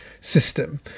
system